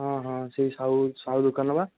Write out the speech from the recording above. ହଁ ହଁ ସେଇ ସାହୁ ସାହୁ ଦୋକାନ ପା